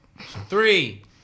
Three